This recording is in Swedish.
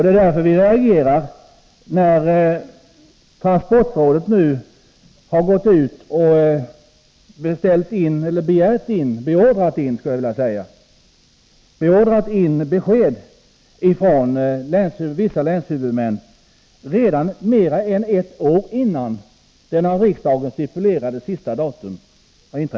Det är därför vi reagerar när transportrådet redan nu beordrat in besked från vissa länshuvudmän mer än ett år före det av riksdagen stipulerade sista datumet.